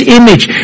image